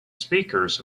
speakers